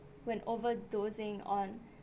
when overdosing on